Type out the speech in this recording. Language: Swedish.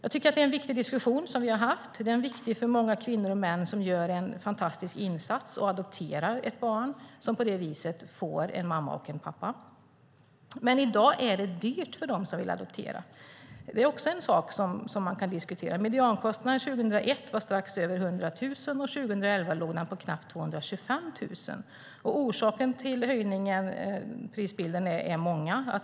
Det är en viktig diskussion som vi har haft. Den är viktig för många kvinnor och män som gör en fantastisk insats och adopterar ett barn som på det viset får en mamma och en pappa. Men i dag är det dyrt för dem som vill adoptera. Det är också något som man kan diskutera. Mediankostnaden år 2001 var strax över 100 000 kronor. År 2011 låg den på knappt 225 000 kronor. Orsakerna till prisbilden är många.